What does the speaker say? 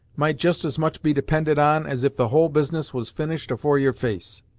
might just as much be depended on, as if the whole business was finished afore your face.